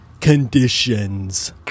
Conditions